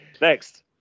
Next